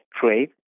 trade